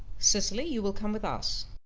cecily, you will come with us.